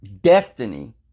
destiny